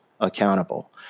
accountable